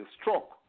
stroke